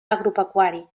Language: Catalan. agropecuari